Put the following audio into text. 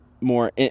more